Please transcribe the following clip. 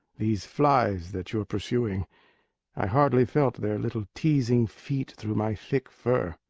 these flies that you're pursuing i hardly felt their little teasing feet through my thick fur.